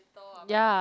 ya